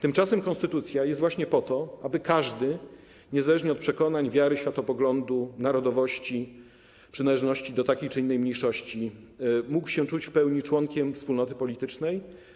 Tymczasem konstytucja jest właśnie po to, aby każdy, niezależnie od przekonań, wiary, światopoglądu, narodowości, przynależności do takiej czy innej mniejszości, mógł się czuć w pełni członkiem wspólnoty politycznej.